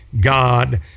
God